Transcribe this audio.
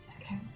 Okay